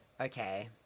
Okay